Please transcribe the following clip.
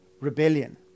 rebellion